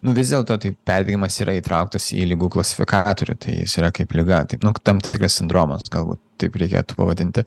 nu vis dėlto tai perdegimas yra įtrauktas į ligų klasifikatorių tai jis yra kaip liga tai nu tam tikras sindromas galbūt taip reikėtų pavadinti